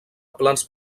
plans